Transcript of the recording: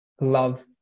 love